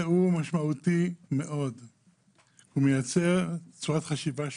זה משמעותי מאוד ומייצר צורת חשיבה שונה.